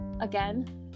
again